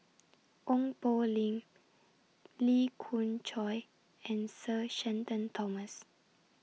Ong Poh Lim Lee Khoon Choy and Sir Shenton Thomas